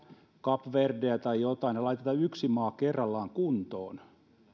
kap verdeä tai jotain ja laiteta yksi maa kerrallaan kuntoon